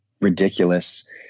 ridiculous